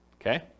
okay